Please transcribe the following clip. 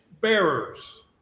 bearers